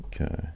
okay